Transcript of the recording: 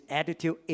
attitude